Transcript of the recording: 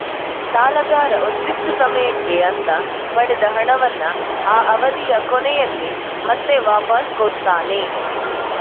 ಸಾಲಗಾರ ಒಂದಿಷ್ಟು ಸಮಯಕ್ಕೆ ಅಂತ ಪಡೆದ ಹಣವನ್ನ ಆ ಅವಧಿಯ ಕೊನೆಯಲ್ಲಿ ಮತ್ತೆ ವಾಪಾಸ್ ಕೊಡ್ತಾನೆ